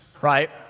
right